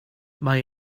mae